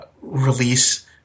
release